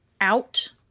out